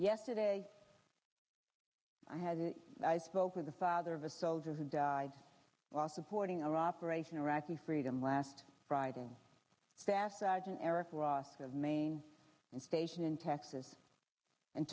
yesterday i had i spoke with the father of a soldier who died last of hording our operation iraqi freedom last friday staff sergeant eric ross of maine state in texas and